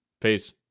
Peace